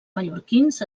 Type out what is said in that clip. mallorquins